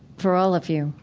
for all of you,